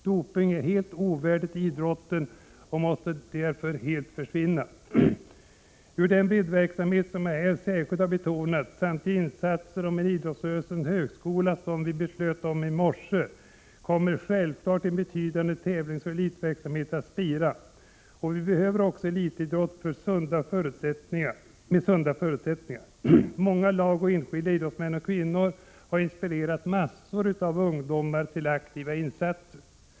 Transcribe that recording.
Doping är helt ovärdigt idrotten och måste därför helt försvinna. Ur den breddverksamhet som jag här särskilt har betonat samt ur de insatser för en idrottsrörelsens högskola som vi fattade beslut om i morse kommer självfallet en betydande tävlingsoch elitverksamhet att spira. Och vi behöver också elitidrott med sunda förutsättningar. Många lag och enskilda idrottsmän och kvinnor har inspirerat massor av ungdomar till aktiva insatser.